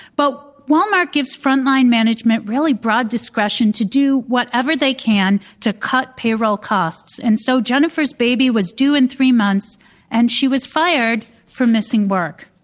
but walmart gives frontline management really broad discretion to do whatever they can to cut payroll costs. and so, jennifer's baby was due in three months and she was fired for missing work.